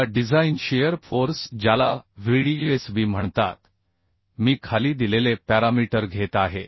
आता design shear force ज्याला Vdsb म्हणतात मी खाली दिलेले पॅरामीटर घेत आहे